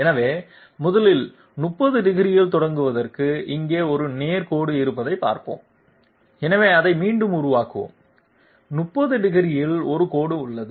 எனவே முதலில் 30 டிகிரியில் தொடங்குவதற்கு இங்கே ஒரு நேர்கோடு இருப்பதைப் பார்ப்போம் எனவே அதை மீண்டும் உருவாக்குகிறோம் 30 டிகிரியில் ஒரு கோடு உள்ளது